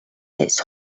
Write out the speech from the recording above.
it’s